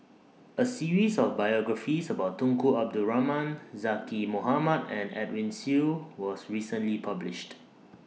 A series of biographies about Tunku Abdul Rahman Zaqy Mohamad and Edwin Siew was recently published